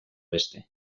beste